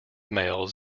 males